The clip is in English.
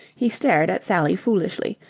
he stared at sally foolishly,